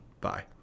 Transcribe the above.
Bye